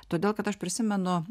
todėl kad aš prisimenu